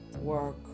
work